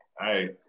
Hey